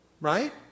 Right